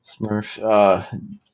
Smurf